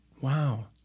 Wow